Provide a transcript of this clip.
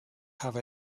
have